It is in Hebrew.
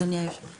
אדוני יושב הראש.